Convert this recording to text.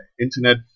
internet